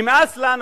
נמאס לנו,